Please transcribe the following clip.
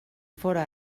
fóra